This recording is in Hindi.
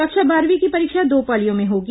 कक्षा बारहवीं की परीक्षा दो पालियों में होगी